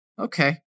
okay